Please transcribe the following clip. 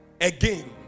Again